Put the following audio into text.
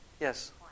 Yes